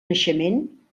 naixement